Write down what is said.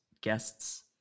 guests